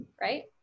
right